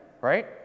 right